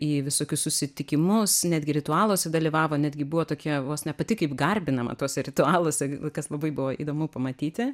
į visokius susitikimus netgi ritualuose dalyvavo netgi buvo tokia vos ne pati kaip garbinama tuose ritualuose kas labai buvo įdomu pamatyti